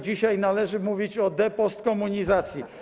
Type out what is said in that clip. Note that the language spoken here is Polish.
Dzisiaj należy mówić o depostkomunizacji.